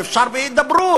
אם אפשר בהידברות?